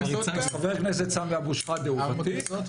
חבר הכנסת סמי אבו שחאדה הוא ותיק.